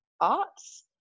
arts